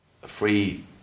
free